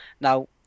Now